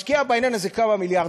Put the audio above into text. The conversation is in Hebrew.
משקיעים בעניין הזה כמה מיליארדים,